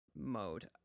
Mode